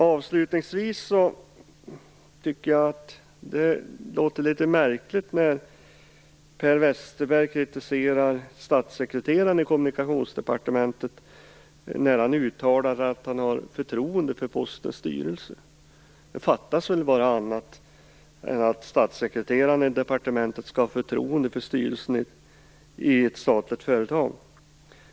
Avslutningsvis: Det låter litet märkligt när Per Westerberg kritiserar statssekreteraren på Kommunikationsdepartementet för dennes uttalande om att han har förtroende för Postens styrelse. Fattas väl bara annat! Statssekreteraren på departementet skall väl ha förtroende för styrelsen i ett statligt företag.